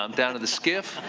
um down to the skiff.